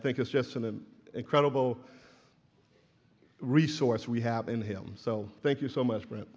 think it's just an incredible resource we have in him so thank you so much